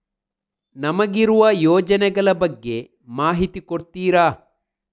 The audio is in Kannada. ನಮಗಿರುವ ಯೋಜನೆಗಳ ಬಗ್ಗೆ ಮಾಹಿತಿ ಕೊಡ್ತೀರಾ?